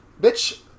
bitch